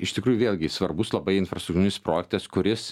iš tikrųjų vėlgi svarbus labai infrastruktūrinis projektas kuris